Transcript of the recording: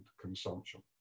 consumption